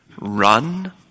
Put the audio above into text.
run